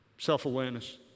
self-awareness